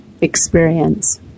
experience